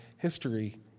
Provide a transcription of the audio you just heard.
History